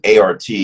ART